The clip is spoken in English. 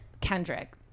Kendrick